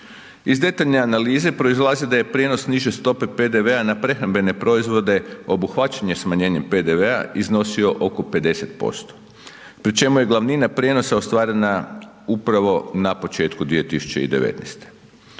Iz detaljne analize proizlazi da je prijenos niže stope PDV-a na prehrambene proizvode obuhvaćeno smanjenjem PDV-a iznosio oko 50% pri čemu je glavnina prijenosa ostvarena upravo na početku 2019.